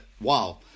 wow